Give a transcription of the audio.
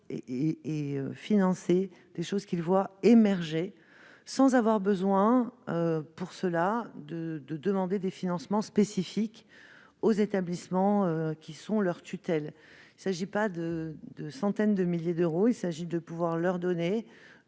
et financer des projets qu'ils voient émerger sans qu'il leur soit nécessaire de demander des financements spécifiques à leurs établissements de tutelle. Il ne s'agit pas de centaines de milliers d'euros ; il s'agit de pouvoir leur donner